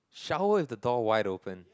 shower with the door wide open